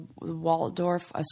Waldorf